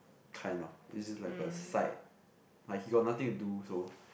kind of is it like a side like he got nothing to do so